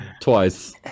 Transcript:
twice